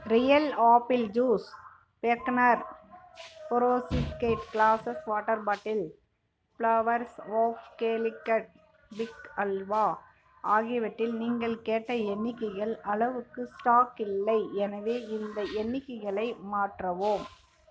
real apple juice Bergner புரோசிஸ்கேட் glasses water bottle flowers of Calicut fig halwa ஆகியவற்றில் நீங்கள் கேட்ட எண்ணிக்கைகள் அளவுக்கு ஸ்டாக் இல்லை எனவே இந்த எண்ணிக்கைகளை மாற்றவும்